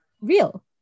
real